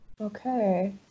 Okay